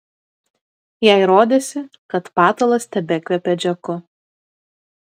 jai rodėsi kad patalas tebekvepia džeku